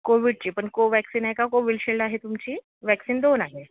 कोविडची पण कोवॅक्सीन आहे का कोवील्डशिल्ड आहे तुमची वॅक्सिन दोन आहे